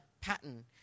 pattern